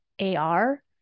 AR